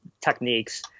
techniques